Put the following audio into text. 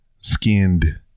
skinned